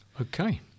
Okay